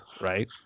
right